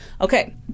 Okay